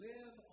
Live